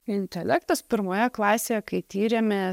intelektas pirmoje klasėje kai tyrėme